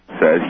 says